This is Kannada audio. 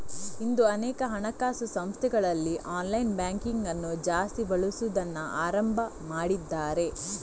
ಇಂದು ಅನೇಕ ಹಣಕಾಸು ಸಂಸ್ಥೆಗಳಲ್ಲಿ ಆನ್ಲೈನ್ ಬ್ಯಾಂಕಿಂಗ್ ಅನ್ನು ಜಾಸ್ತಿ ಬಳಸುದನ್ನ ಆರಂಭ ಮಾಡಿದ್ದಾರೆ